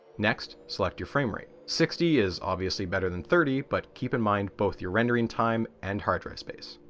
next, select your frame rate. sixty is obviously better than thirty, but keep in mind both your rendering time and hard-drive space.